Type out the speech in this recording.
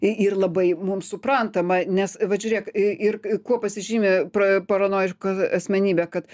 i ir labai mums suprantama nes vat žiūrėk i ir kuo pasižymi pra paranojiška asmenybė kad